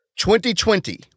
2020